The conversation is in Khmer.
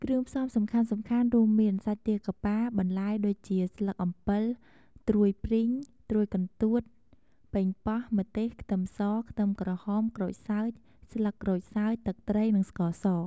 គ្រឿងផ្សំសំខាន់ៗរួមមាន សាច់ទាកាប៉ា, បន្លែដូចជា ស្លឹកអំពិល, ត្រួយព្រីង, ត្រួយកន្ទួត, ប៉េងប៉ោះ, ម្ទេស, ខ្ទឹមស, ខ្ទឹមក្រហម, ក្រូចសើច, ស្លឹកក្រូចសើច, ទឹកត្រី និងស្ករស។